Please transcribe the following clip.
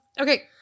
okay